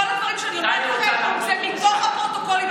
כל הדברים שאני אומרת לכם הם מתוך הפרוטוקולים.